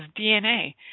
dna